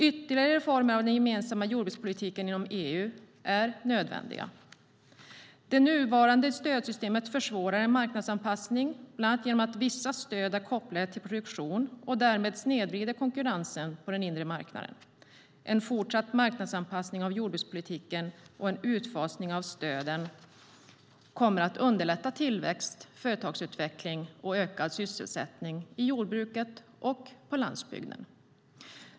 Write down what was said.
Ytterligare reformer av den gemensamma jordbrukspolitiken inom EU är nödvändiga. Det nuvarande stödsystemet försvårar en marknadsanpassning bland annat genom att vissa stöd är kopplade till produktion och därmed snedvrider konkurrensen på den inre marknaden. En fortsatt marknadsanpassning av jordbrukspolitiken och en utfasning av stöden kommer att underlätta tillväxt, företagsutveckling och ökad sysselsättning i jordbruket och på landsbygden.